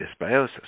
dysbiosis